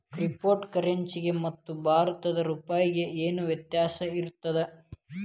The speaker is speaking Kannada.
ಕ್ರಿಪ್ಟೊ ಕರೆನ್ಸಿಗೆ ಮತ್ತ ಭಾರತದ್ ರೂಪಾಯಿಗೆ ಏನ್ ವ್ಯತ್ಯಾಸಿರ್ತದ?